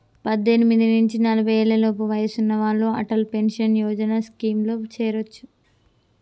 పద్దెనిమిది నుంచి నలభై ఏళ్లలోపు వయసున్న వాళ్ళు అటల్ పెన్షన్ యోజన స్కీమ్లో చేరొచ్చు